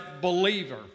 believer